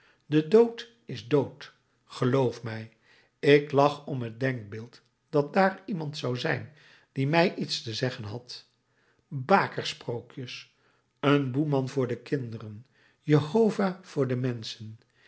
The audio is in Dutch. de dood is dood geloof mij ik lach om het denkbeeld dat dààr iemand zou zijn die mij iets te zeggen had bakersprookjes een boeman voor de kinderen jehovah voor de menschen